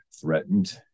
threatened